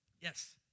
Yes